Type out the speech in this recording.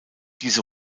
diese